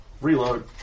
Reload